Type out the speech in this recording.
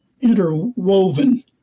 interwoven